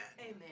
Amen